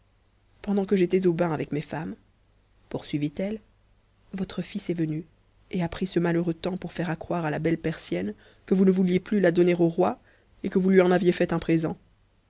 pendant que j'étais au bain avec mes femmes oursuivit elle votre fils est venu et a pris ce malheureux temps pour aire accroire à la belle persienne que vous ne vouliez plus la donner au oi et que vous lui en aviez fait un présent